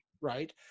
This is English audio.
right